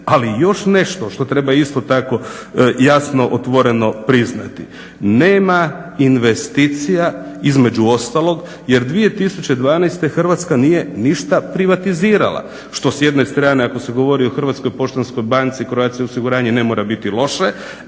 Ali još nešto što treba isto tako jasno, otvoreno priznati, nema investicija između ostalog jer 2012. Hrvatska nije ništa privatizirala što s jedne strane ako se govori o HPB-u, Croatia osiguranje ne mora biti loše,